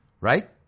right